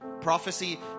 Prophecy